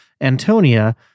Antonia